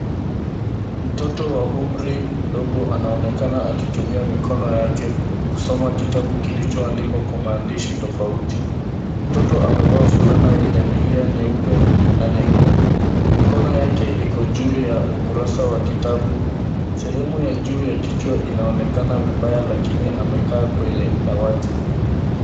Mtoto wa umri mdogo anaonekana akitumia mikono yake kusoma kitabu kilichoandikwa kwa maandishi tofauti. Mtoto amevaa fulana yenye milia nyeupe na nyekundu. Mikono yake iko juu ya ukurasa wa kitabu. Sehemu ya juu ya kichwa inaonekana vibaya lakini amekaa kwenye dawati.